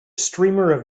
streamer